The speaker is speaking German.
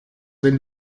wenn